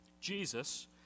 Jesus